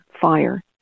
Fire